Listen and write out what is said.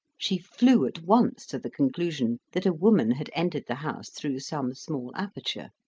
she flew at once to the conclusion that a woman had entered the house through some small aperture.